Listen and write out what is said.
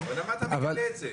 אבל למה אתה מגלה את זה?